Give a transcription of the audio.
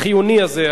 החיוני הזה,